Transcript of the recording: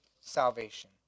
salvation